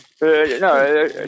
No